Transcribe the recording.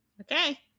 Okay